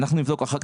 אחר כך,